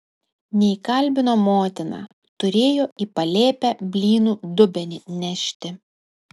neįkalbino motina turėjo į palėpę blynų dubenį nešti